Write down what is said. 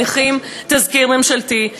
מניחים תזכיר חוק ממשלתי,